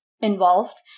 involved